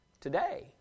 today